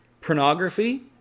Pornography